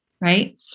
right